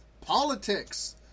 politics